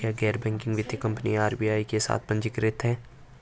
क्या गैर बैंकिंग वित्तीय कंपनियां आर.बी.आई के साथ पंजीकृत हैं?